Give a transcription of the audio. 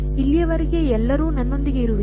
ಇಲ್ಲಿಯವರೆಗೆ ಎಲ್ಲರೂ ನನ್ನೊಂದಿಗೆ ಇರುವಿರಿ